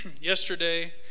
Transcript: yesterday